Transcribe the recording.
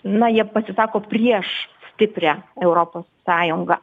na jie pasisako prieš stiprią europos sąjungą